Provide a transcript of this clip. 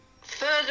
further